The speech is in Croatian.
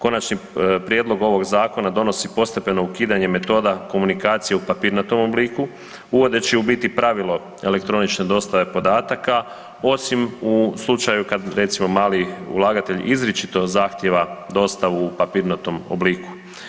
Konačni prijedlog ovog Zakona donosi postepeno ukidanje metoda komunikacije u papirnatom obliku, uvodeći u biti pravilo elektronične dostave podataka, osim u slučaju kad, recimo mali ulagatelj izričito zahtjeva dostavu u papirnatom obliku.